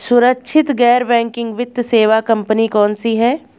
सुरक्षित गैर बैंकिंग वित्त सेवा कंपनियां कौनसी हैं?